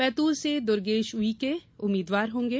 बैतूल से दुर्गेश उइके उम्मीदवार होंगे